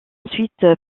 ensuite